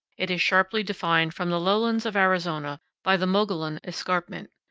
it is sharply defined from the lowlands of arizona by the mogollon escarpment.